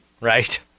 Right